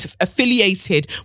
affiliated